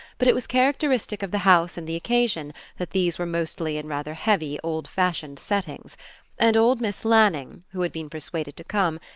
but it was characteristic of the house and the occasion that these were mostly in rather heavy old-fashioned settings and old miss lanning, who had been persuaded to come,